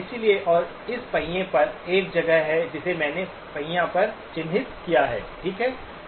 इसलिए और इस पहिये पर एक जगह है जिसे मैंने पहिया पर चिह्नित किया है ठीक है